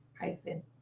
hyphen